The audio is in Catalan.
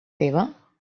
teva